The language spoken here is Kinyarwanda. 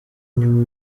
nyuma